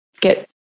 get